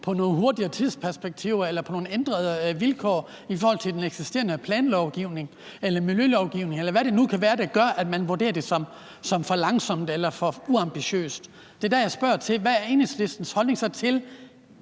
nogle hurtigere tidsperspektiver eller ændrede vilkår i forhold til den eksisterende planlovgivning eller miljølovgivning, eller hvor det nu kan være, man vurderer noget som for langsomt eller for uambitiøst, hvad er så Enhedslistens holdning til